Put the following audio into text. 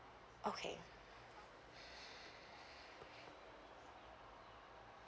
okay